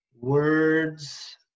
words